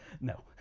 No